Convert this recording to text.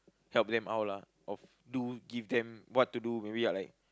help them out lah or do give them what to do maybe I like